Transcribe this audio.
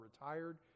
retired